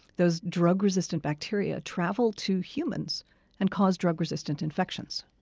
those drug-resistant bacteria travel to humans and cause drug-resistant infections